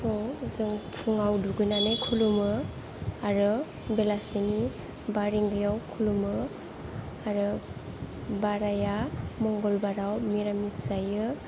खौ जों फुङाव दुगैनानै खुलुमो आरो बेलासिनि बा रिंगायाव खुलुमो आरो बाराया मंगलबाराव मिरामिस जायो